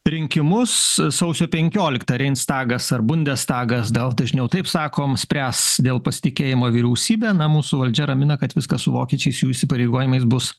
rinkimus sausio penkioliktą reinstagas ar bundestagas daug dažniau taip sakom spręs dėl pasitikėjimo vyriausybe na mūsų valdžia ramina kad viskas su vokiečiais jų įsipareigojimais bus